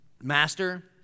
Master